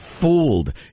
fooled